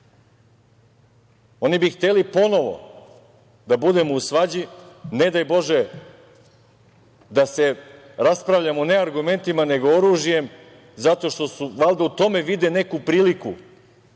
bi hteli ponovo da budemo u svađi, ne daj Bože da se raspravljamo, ne argumentima, nego oružjem zato što, valjda, u tome vide neku priliku